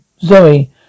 Zoe